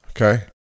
Okay